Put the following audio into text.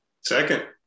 second